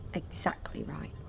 exactly right.